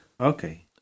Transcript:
Okay